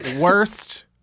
Worst